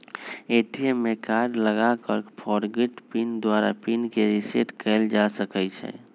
ATM में card लगा कऽ फ़ॉरगोट पिन द्वारा पिन के रिसेट कएल जा सकै छै